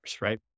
Right